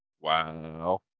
Wow